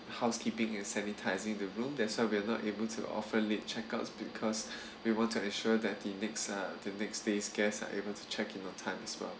housekeeping and sanitizing the room that's why we are not able to offer late check out because we want to ensure that the next uh the next day's guests are able to check in on times well